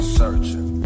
searching